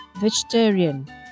vegetarian